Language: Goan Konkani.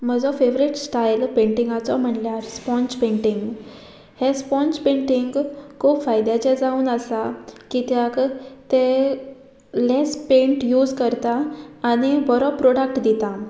म्हजो फेवरेट स्टायल पेंटिंगाचो म्हणल्यार स्पोंज पेंटींग हे स्पोंज पेंटींग खूब फायद्याचे जावन आसा कित्याक तें लेस पेंट यूज करता आनी बरो प्रोडक्ट दिता